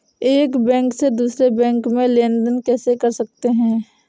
एक बैंक से दूसरे बैंक में लेनदेन कैसे कर सकते हैं?